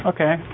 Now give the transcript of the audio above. Okay